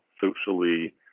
socially